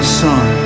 son